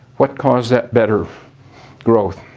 what caused that better growth?